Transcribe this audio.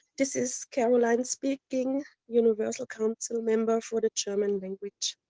this is caroline speaking, universal council member for the german language.